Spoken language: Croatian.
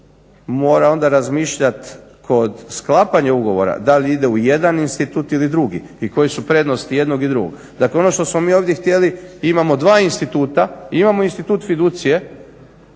mora onda razmišljati kod sklapanja ugovora da li ide u jedan institut ili drugi i koji su prednost i jednog i drugog. Dakle ono što smo mi ovdje htjeli imamo dva instituta, imamo institut fiducije